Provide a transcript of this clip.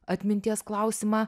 atminties klausimą